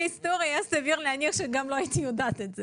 סביר להניח שלא הייתי יודעת.